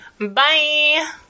Bye